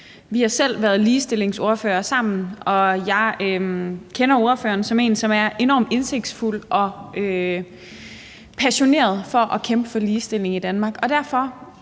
Vi har været ligestillingsordførere sammen, og jeg kender ordføreren som en, som er enormt indsigtsfuld og passioneret i forhold til at kæmpe for ligestilling i Danmark.